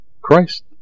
Christ